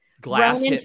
glass